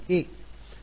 ಅದು ಸರಿ